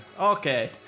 okay